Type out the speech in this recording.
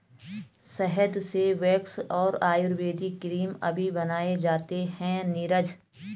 शहद से वैक्स और आयुर्वेदिक क्रीम अभी बनाए जाते हैं नीरज